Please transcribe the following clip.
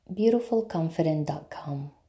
beautifulconfident.com